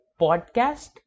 Podcast